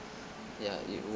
ya it would